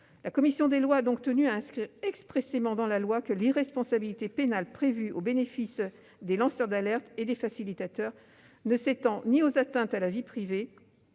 La commission a donc tenu à inscrire expressément dans la loi que l'irresponsabilité pénale prévue au bénéfice des lanceurs d'alerte et des facilitateurs ne s'étend pas aux atteintes à la vie privée